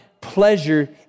pleasure